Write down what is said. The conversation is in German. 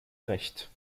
recht